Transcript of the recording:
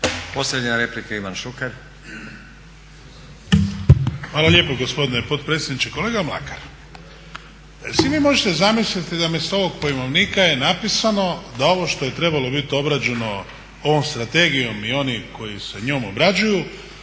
**Šuker, Ivan (HDZ)** Hvala lijepo gospodine potpredsjedniče. Kolega Mlakar, jel si vi možete zamisliti da mjesto ovog pojmovnika je napisano da ovo što je trebalo biti obrađeno ovom strategijom i oni koji se njom obrađuju